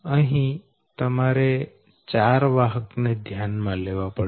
અહી તમારે ચાર વાહક ને ધ્યાન માં લેવા પડશે